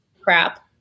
crap